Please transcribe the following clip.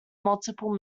multiple